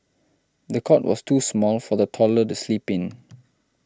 the cot was too small for the toddler sleep in